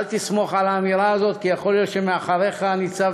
אל תסמוך על האמירה הזאת,